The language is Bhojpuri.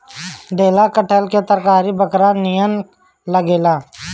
लेढ़ा कटहल के तरकारी बकरा नियन लागेला